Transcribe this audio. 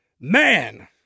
man